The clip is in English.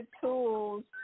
tools